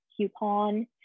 coupon